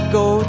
go